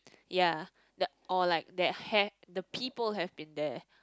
ya the or like that hair the people have been there